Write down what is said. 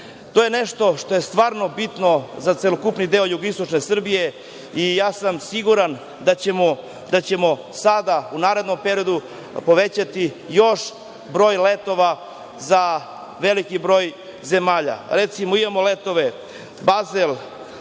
To je nešto što je stvarno bitno za celokupni deo jugoistočne Srbije i ja sam siguran da ćemo sada u narednom periodu povećati još broj letova za veliki broj zemalja. Recimo, imamo veliki